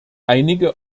einige